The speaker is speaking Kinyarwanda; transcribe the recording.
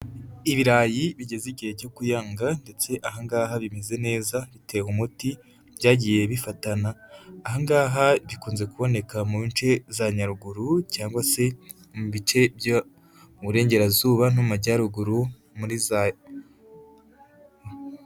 Ibirayi bigeze igihe cyo kuyanga, ndetse aha ngaha bimeze neza bitewe umuti, byagiye bifatana, aha ngaha bikunze kuboneka mu nshe za Nyaruguru, cyangwa se mu bice byo mu burengerazuba no mu majyaruguru muri za.